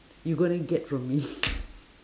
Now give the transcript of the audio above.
you gonna get from me